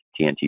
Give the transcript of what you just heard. TNT